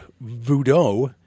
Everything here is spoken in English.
voodoo